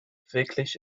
wirklich